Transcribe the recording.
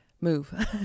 move